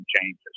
changes